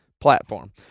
platform